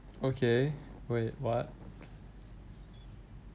okay wait what